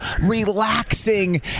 relaxing